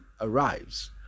arrives